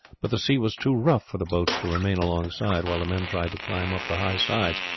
but the sea was too rough for the boats to remain alongside while the men tried to climb up the high sides,